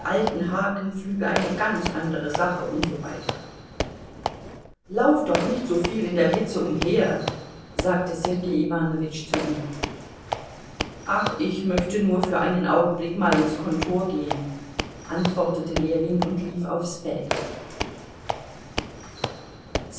alten hakenpflüge eine ganz andere sache und so weiter lauf doch nicht soviel in der hitze umher sagte sergei iwanowitsch zu ihm ach ich möchte nur für einen augenblick mal ins kontor gehen antwortete ljewin und lief aufs feld